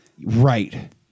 Right